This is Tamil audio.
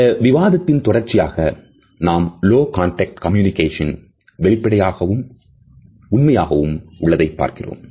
இந்த விவாதத்தின் தொடர்ச்சியாக நாம் லோ கான்டக்ட் கம்யூனிகேஷன் வெளிப்படையாகவும் உண்மையாகும் உள்ளதைப் பார்க்கிறோம்